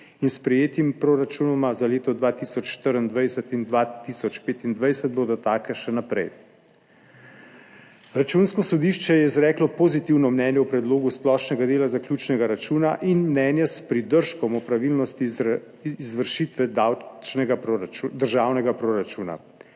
in s sprejetima proračunoma za leti 2024 in 2025 bodo take še naprej. Računsko sodišče je izreklo pozitivno mnenje o predlogu splošnega dela zaključnega računa in mnenje s pridržkom o pravilnosti izvršitve državnega proračuna.